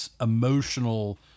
emotional